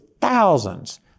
thousands